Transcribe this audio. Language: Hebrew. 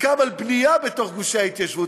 הוסכם על בנייה בתוך גושי ההתיישבות.